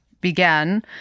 began